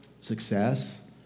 success